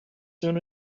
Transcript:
soon